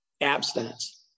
Abstinence